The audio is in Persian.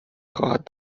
خواهد